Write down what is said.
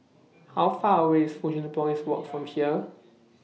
How Far away IS Fusionopolis Walk from here